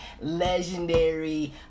legendary